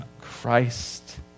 Christ